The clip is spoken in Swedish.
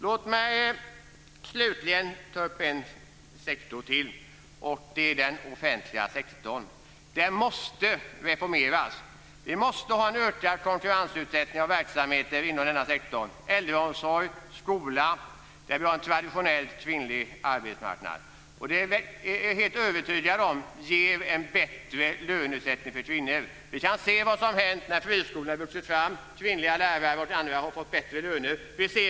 Låt mig slutligen ta upp en sektor till, nämligen den offentliga sektorn. Den måste reformeras. Vi måste ha en ökad konkurrensutsättning av verksamheter inom denna sektor - äldreomsorg, skola m.m. - där vi har en traditionellt kvinnlig arbetsmarknad. Jag är övertygad om att det ger en bättre lönesättning för kvinnor. Vi kan se vad som har hänt när friskolorna vuxit fram. Kvinnliga lärare och andra har fått bättre löner.